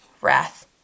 wrath